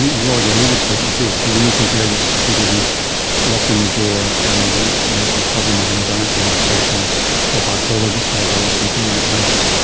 you've already alluded to it a bit, but when you compare this to people who walk in the door and the the problem is anxiety and depression or bipolar disorder or something like that,